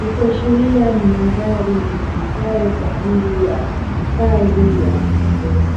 ikiashiria ni mandhari itumikayo kwa ajili ya hifadhi ya wanyamapori.